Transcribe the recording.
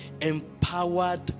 empowered